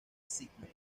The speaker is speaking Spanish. sídney